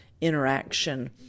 interaction